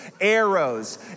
arrows